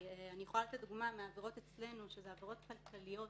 אני יכולה לתת דוגמה מהעבירות אצלנו שהן עבירות כלכליות